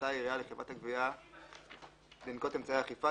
הורתה העירייה לחברת הגבייה לנקוט אמצעי אכיפה,